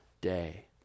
day